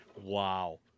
Wow